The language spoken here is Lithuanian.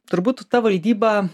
turbūt ta valdyba